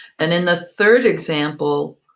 and in the third example,